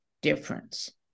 difference